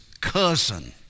cousin